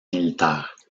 militaire